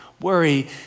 Worry